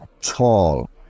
tall